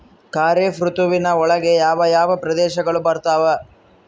ಖಾರೇಫ್ ಋತುವಿನ ಒಳಗೆ ಯಾವ ಯಾವ ಪ್ರದೇಶಗಳು ಬರ್ತಾವ?